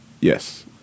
Yes